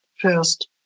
first